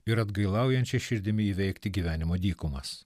ir atgailaujančia širdimi įveikti gyvenimo dykumas